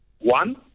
One